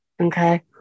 Okay